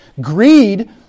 Greed